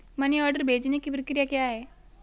Money order भेजने की प्रक्रिया क्या है?